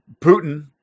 Putin